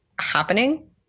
happening